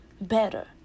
better